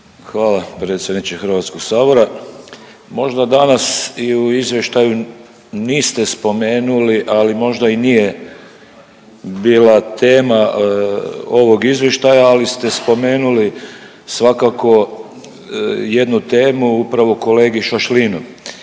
Hvala predsjedniče Hrvatskog sabora. Možda danas i u izvještaju niste spomenuli, ali možda i nije bila tema ovog izvještaja, ali ste spomenuli svakako jednu temu upravo kolege Šašlina.